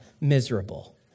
miserable